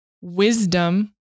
Wisdom